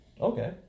Okay